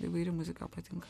įvairi muzika patinka